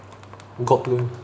got to